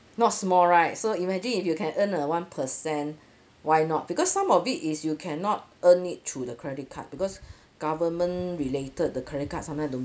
not small right so imagine if you can earn a one percent why not because some of it is you cannot earn it through the credit card because government related the credit card sometimes don't